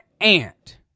aunt